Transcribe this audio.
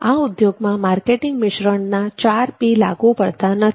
આ ઉદ્યોગમાં માર્કેટિંગ મિશ્રણના 4P લાગુ પડતા નથી